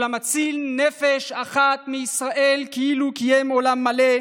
כל המציל נפש אחת מישראל כאילו קיים עולם מלא.